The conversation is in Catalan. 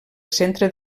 centre